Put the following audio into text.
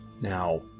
Now